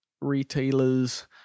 retailers